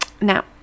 Now